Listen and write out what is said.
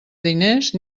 diners